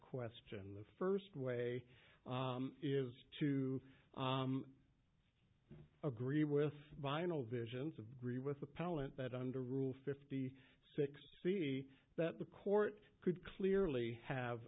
question the first way is to agree with vinyl visions of agree with the pallant that under rule fifty six see that the court could clearly have